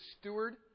steward